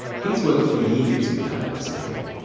he's worked for years with homeless people.